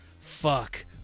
Fuck